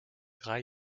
drei